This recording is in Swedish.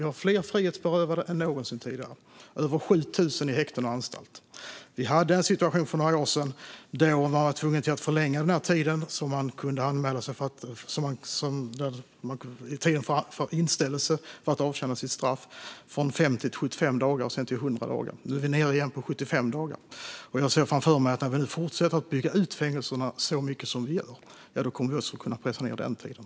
Vi har fler frihetsberövade än någonsin tidigare. Vi har över 7 000 i häkten och på anstalter. Vi hade en situation för några år sedan då man var tvungen att förlänga tiden för inställelse för att avtjäna straff från 50 till 75 dagar och sedan till 100 dagar. Nu är vi nere på 75 dagar igen. Jag ser framför mig att vi, när vi nu fortsätter att bygga ut fängelserna så mycket som vi gör, kommer att kunna pressa ned också den tiden.